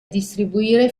distribuire